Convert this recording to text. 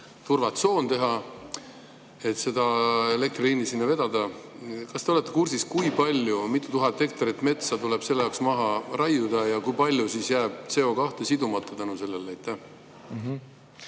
turvatsoon teha, et seda elektriliini sinna vedada. Kas te olete kursis, kui palju, mitu tuhat hektarit metsa tuleb selle jaoks maha raiuda? Ja kui palju jääb CO2sidumata tänu sellele?